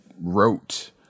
wrote